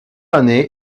année